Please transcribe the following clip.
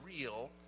real